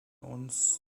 uns